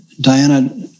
Diana